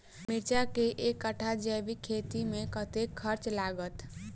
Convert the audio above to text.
मिर्चा केँ एक कट्ठा जैविक खेती मे कतेक खर्च लागत?